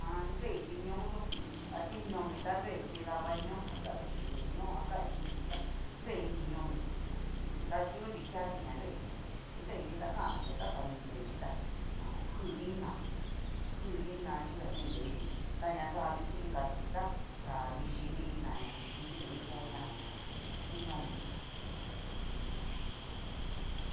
Ha nreiti ñoyó a tiñomi ta nreiti dava ñoó, ka uxi uu ñoo a ka iin nriki tá nrei tiñomi ta yunri keati ña nreiti, chi nreiti ta kana ña ta xa ni nreiti tá ho o on ku ina, ku iinna xhíxa ni nreiti ta ñanrani chi iinga kii tá xa ni shí ni iin ná ña ni kiti ni kiken ñati tiñomi u jum.